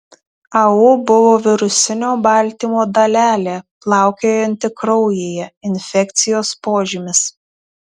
au buvo virusinio baltymo dalelė plaukiojanti kraujyje infekcijos požymis